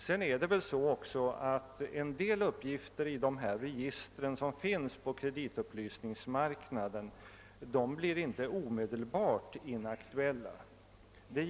Vidare är det så att en del uppgifter i de register som finns på kreditupplysningsmarknaden inte så snabbt blir inaktuella.